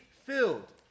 filled